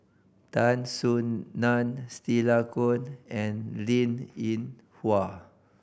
Tan Soo Nan Stella Kon and Linn In Hua